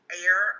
air